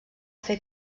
fer